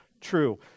true